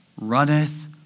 runneth